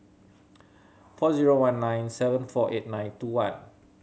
four zero one nine seven four eight nine two one